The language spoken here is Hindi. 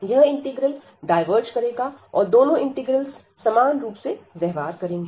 यह इंटीग्रल डायवर्ज करेगा और दोनों इंटीग्रल्स समान रूप से व्यवहार करेंगे